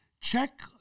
Check